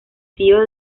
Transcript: tío